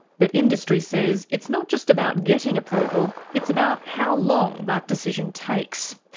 but industry says it's not just about getting approval, it's about how long that decision takes.